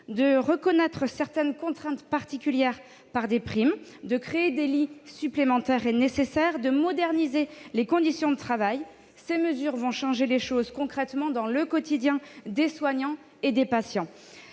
de reconnaître certaines contraintes particulières par le biais de primes, de créer les lits supplémentaires nécessaires et de moderniser les conditions de travail. Ces mesures vont changer concrètement le quotidien des soignants et des patients